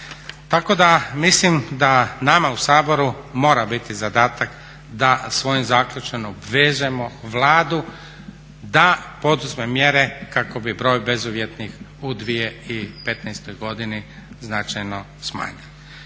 Tako da mislim da nama u Saboru mora biti zadatak da svojim zaključkom obvežemo Vladu da poduzme mjere kako bi broj bezuvjetnih u 2015. godini značajno smanjen.